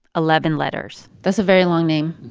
eleven letters that's a very long name.